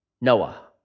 Noah